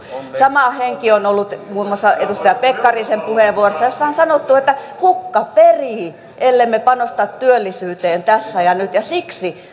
sama henki on ollut muun muassa edustaja pekkarisen puheenvuorossa jossa on sanottu että hukka perii ellemme panosta työllisyyteen tässä ja nyt ja siksi